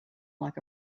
like